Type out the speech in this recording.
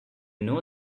know